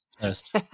first